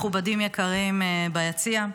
מכובדים יקרים ביציע,